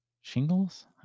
Shingles